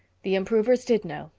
the improvers did know,